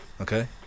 okay